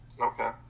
Okay